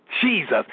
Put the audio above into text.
Jesus